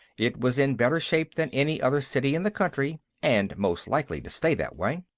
it was in better shape than any other city in the country and most likely to stay that way.